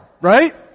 right